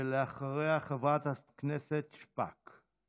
ואחריה, חברת הכנסת שפק.